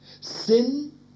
Sin